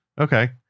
okay